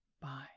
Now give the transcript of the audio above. Bye